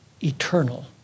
eternal